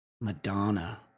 Madonna